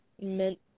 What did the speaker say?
meant